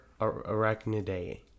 arachnidae